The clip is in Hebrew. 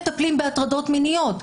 אדוני היושב-ראש, חבריי חברי